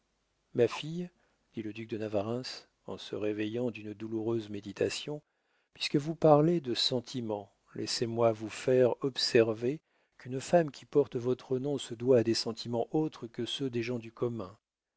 ma fille dit le duc de navarreins en se réveillant d'une douloureuse méditation puisque vous parlez de sentiments laissez-moi vous faire observer qu'une femme qui porte votre nom se doit à des sentiments autres que ceux des gens du commun